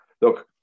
look